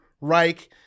Reich